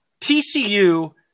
TCU